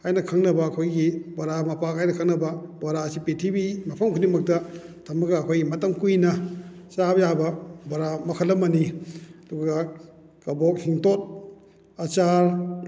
ꯍꯥꯏꯅ ꯈꯪꯅꯕ ꯑꯩꯈꯣꯏꯒꯤ ꯕꯣꯔꯥ ꯃꯄꯥꯛ ꯍꯥꯏꯅ ꯈꯪꯅꯕ ꯕꯣꯔꯥꯁꯤ ꯄ꯭ꯔꯤꯊꯤꯕꯤꯒꯤ ꯃꯐꯝ ꯈꯨꯗꯤꯡꯃꯛꯇ ꯊꯝꯃꯒ ꯑꯩꯈꯣꯏ ꯃꯇꯝ ꯀꯨꯏꯅ ꯆꯥꯕ ꯌꯥꯕ ꯕꯣꯔꯥ ꯃꯈꯜ ꯑꯃꯅꯤ ꯑꯗꯨꯒ ꯀꯕꯣꯛ ꯍꯤꯡꯇꯣꯠ ꯑꯆꯥꯔ